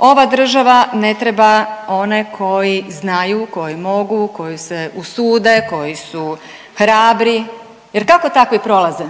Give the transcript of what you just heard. ova država ne treba one koji znaju, koji mogu, koji se usude, koji su hrabri. Jer kako takvi prolaze?